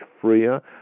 freer